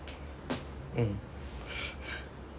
mm